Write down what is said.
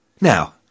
Now